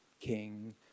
King